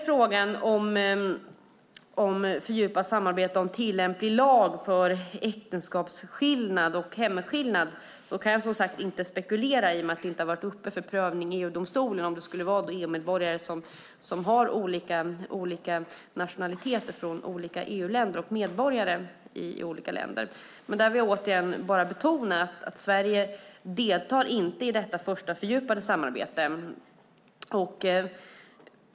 Frågan om fördjupat samarbete om tillämplig lag för äktenskapsskillnad och hemskillnad kan jag som sagt inte spekulera i, i och med att den inte har varit uppe för prövning i EU-domstolen, om det skulle vara EU-medborgare med olika nationaliteter från olika EU-länder och medborgare i olika länder. Men där vill jag återigen bara betona att Sverige inte deltar i detta första fördjupade samarbete.